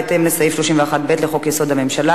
בהתאם לסעיף 31(ב) לחוק-יסוד: הממשלה,